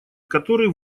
который